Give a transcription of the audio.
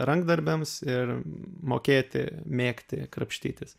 rankdarbiams ir mokėti mėgti krapštytis